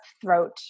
throat